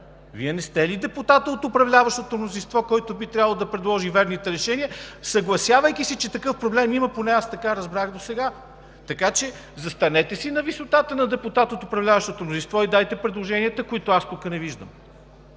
Вие не сте ли депутат от управляващото мнозинство, който би трябвало да предложи верните решения, съгласявайки се, че такъв проблем има? Поне аз това разбрах досега. Така че застанете си на висотата на депутат от управляващото мнозинство и дайте предложенията, които аз тук не виждам.